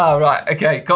alright, okay cool